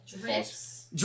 Drips